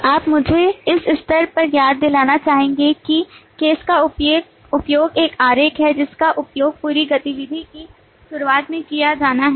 आप मुझे इस स्तर पर याद दिलाना चाहेंगे कि केस का उपयोग एक आरेख है जिसका उपयोग पूरी गतिविधि की शुरुआत में किया जाना है